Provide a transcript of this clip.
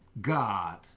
God